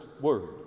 word